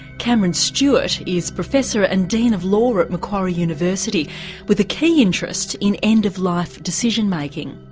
cameron stewart is professor and dean of law at macquarie university with a key interest in end of life decision making.